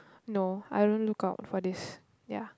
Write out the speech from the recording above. no I don't lookout for this ya